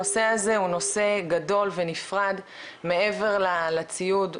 הנושא הזה הוא נושא גדול ונפרד מעבר לציוד,